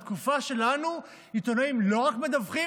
בתקופה שלנו עיתונאים לא רק מדווחים,